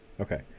Okay